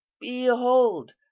behold